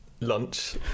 lunch